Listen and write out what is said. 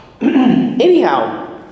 Anyhow